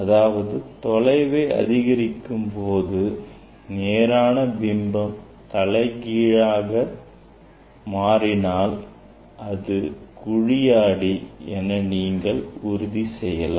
அதாவது தொலைவை அதிகரிக்கும்போது நேரான பிம்பம் தலைகீழாக மாறினால் அது குழி ஆடி என நீங்கள் உறுதி செய்யலாம்